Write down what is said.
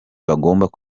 bagombaga